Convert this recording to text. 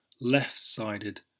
left-sided